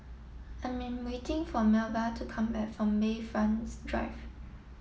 I am waiting for Melba to come back from Bayfront's Drive